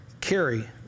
carry